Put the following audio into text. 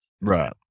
Right